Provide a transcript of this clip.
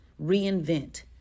reinvent